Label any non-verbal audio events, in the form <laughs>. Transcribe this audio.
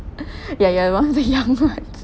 <breath> ya ya you're one of the young ones <laughs>